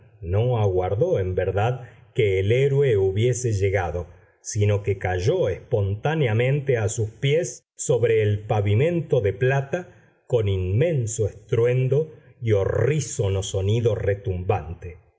no aguardó en verdad que el héroe hubiese llegado sino que cayó espontáneamente a sus pies sobre el pavimento de plata con inmenso estruendo y horrísono sonido retumbante